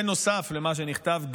נוסף למה שנכתב,